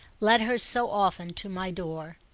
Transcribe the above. led her so often to my door.